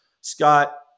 Scott